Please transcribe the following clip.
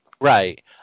Right